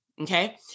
Okay